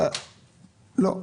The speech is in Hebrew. לא.